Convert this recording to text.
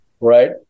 Right